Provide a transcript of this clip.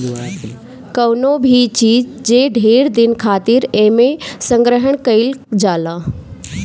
कवनो भी चीज जे ढेर दिन खातिर एमे संग्रहण कइल जाला